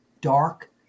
dark